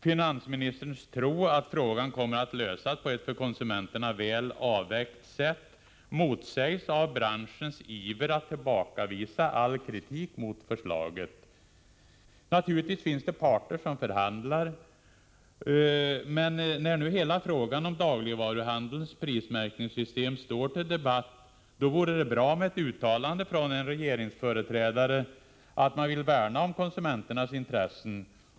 Finansministerns tro att ”frågan kommer att lösas på ett för konsumenterna väl avvägt sätt” motsägs av branschens iver att tillbakavisa all kritik mot förslaget. Naturligtvis finns det parter som förhandlar. Men när nu hela frågan om dagligvaruhandelns prismärkningssystem är uppe till debatt, vore det bra med ett uttalande från en regeringsföreträdare om att man vill värna om konsumenternas intressen.